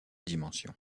dimensions